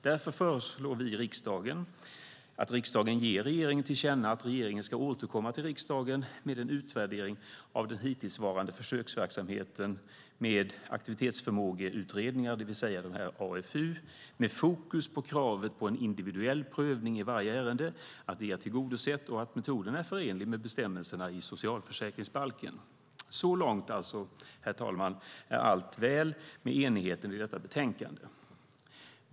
Därför föreslår vi att riksdagen ger regeringen till känna att regeringen ska återkomma till riksdagen med en utvärdering av den hittillsvarande försöksverksamheten med aktivitetsförmågeutredningar, det vill säga AFU, med fokus på att kravet på en individuell prövning i varje ärende är tillgodosett och att metoden är förenlig med bestämmelserna i socialförsäkringsbalken. Så långt, herr talman, är allt väl med enigheten i detta betänkande.